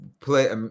play